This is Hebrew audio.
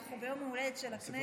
אנחנו ביום ההולדת של הכנסת,